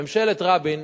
ממשלת רבין,